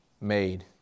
made